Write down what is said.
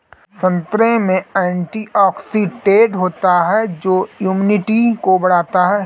संतरे में एंटीऑक्सीडेंट होता है जो इम्यूनिटी को बढ़ाता है